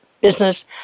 Business